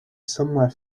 somewhere